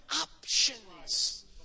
options